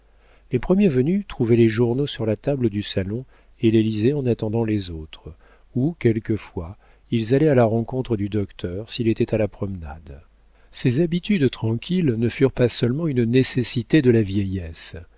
les premiers venus trouvaient les journaux sur la table du salon et les lisaient en attendant les autres ou quelquefois ils allaient à la rencontre du docteur s'il était à la promenade ces habitudes tranquilles ne furent pas seulement une nécessité de la vieillesse